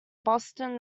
boston